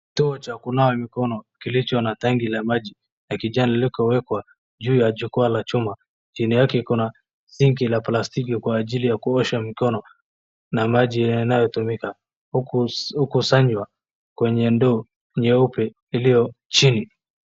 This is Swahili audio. Kituo cha kunawa mikono kilicho na tanki la maji ya kijani lililowekwa juu ya jukwa la chuma, chini yake iko na sinki ya plastiki kwaa ajili ya kuosha mikono na maji yanayotumika hukusanywa kwenye ndoo nyeupe iliyo chini.